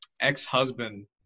ex-husband